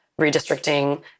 redistricting